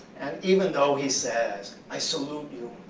and even though he says, i salute you,